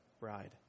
bride